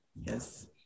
Yes